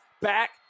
back